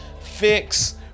fix